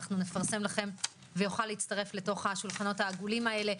נפרסם ויוכל להצטרף לשולחנות העגולים האלה.